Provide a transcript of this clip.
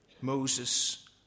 Moses